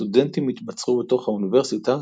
סטודנטים התבצרו בתוך האוניברסיטה,